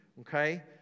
Okay